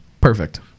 perfect